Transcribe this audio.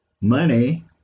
money